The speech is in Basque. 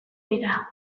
bera